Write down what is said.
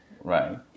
Right